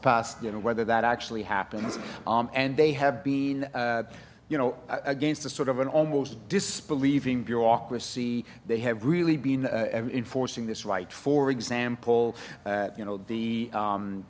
passed you know whether that actually happens and they have been you know against the sort of an almost disbelieving bureaucracy they have really been enforcing this right for example you know the